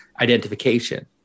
identification